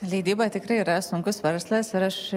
leidyba tikrai yra sunkus verslas ir aš